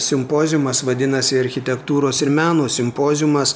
simpoziumas vadinasi architektūros ir meno simpoziumas